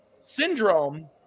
Syndrome